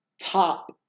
top